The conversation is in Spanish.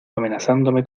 amenazándome